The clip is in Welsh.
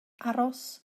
aros